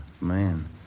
man